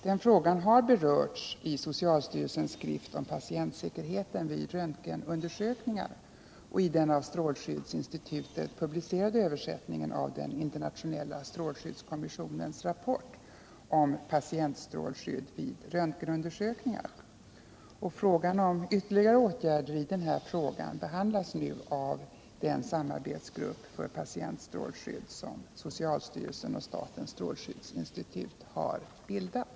Den frågan har berörts i socialstyrelsens skrift om patientsäkerheten vid 101 röntgenundersökningar och i den av strålskyddsinstitutet publicerade översättningen av den internationella strålskyddskommissionens rapport om patientstrålskydd vid röntgenundersökningar. Frågan om ytterligare åtgärder behandlas nu av den samarbetsgrupp för patientstrålskydd som socialstyrelsen och statens strålskyddsinstitut har bildat.